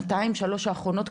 שנה-שנתיים האחרונות,